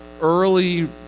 early